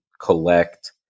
collect